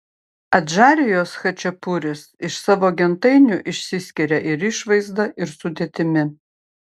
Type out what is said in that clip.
adžarijos chačapuris iš savo gentainių išsiskiria ir išvaizda ir sudėtimi